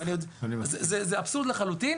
זה אבסורד לחלוטין.